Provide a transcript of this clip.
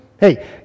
Hey